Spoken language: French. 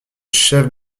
chefs